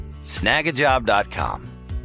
snagajob.com